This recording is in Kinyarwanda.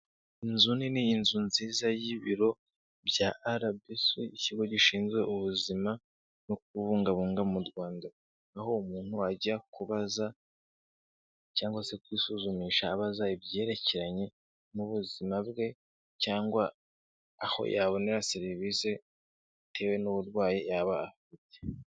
Inzu nini, inzu nziza y'ibiro bya RBC ikigo gishinzwe ubuzima no kububungabunga mu Rwanda. Aho umuntu ajya kubaza cyangwa se kwisuzumisha abaza ibyerekeranye n'ubuzima bwe, cyangwa aho yabonera serivisi bitewe n'uburwayi yaba afite.